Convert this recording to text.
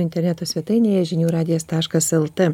interneto svetainėje žinių radijas taškas lt